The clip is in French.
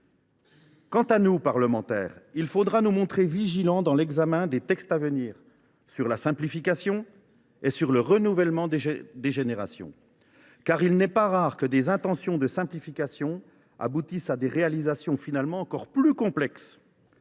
Quant à nous, parlementaires, nous devrons nous montrer vigilants lors de l’examen des textes à venir sur la simplification et sur le renouvellement des générations, car il n’est pas rare que des intentions de simplification se traduisent par des réalisations en définitive encore plus complexes